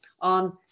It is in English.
on